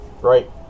Right